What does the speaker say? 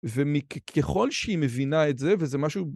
וככל שהיא מבינה את זה, וזה משהו...